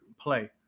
play